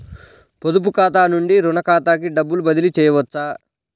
పొదుపు ఖాతా నుండీ, రుణ ఖాతాకి డబ్బు బదిలీ చేయవచ్చా?